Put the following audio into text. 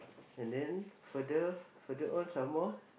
and then further further on some more